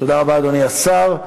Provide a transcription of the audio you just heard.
תודה רבה, אדוני השר.